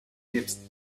nebst